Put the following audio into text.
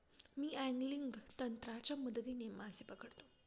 मी angling तंत्राच्या मदतीने मासे पकडतो